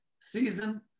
season